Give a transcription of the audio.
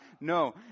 No